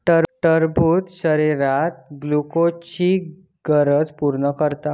टरबूज शरीरात ग्लुकोजची गरज पूर्ण करता